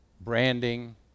Branding